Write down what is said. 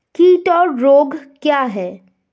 कीट और रोग क्या हैं?